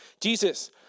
Jesus